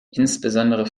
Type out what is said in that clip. insbesondere